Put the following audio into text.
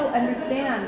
understand